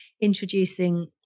introducing